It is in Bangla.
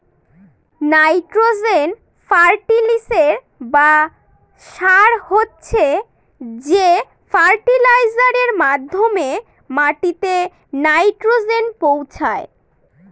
নাইট্রোজেন ফার্টিলিসের বা সার হচ্ছে সে ফার্টিলাইজারের মাধ্যমে মাটিতে নাইট্রোজেন পৌঁছায়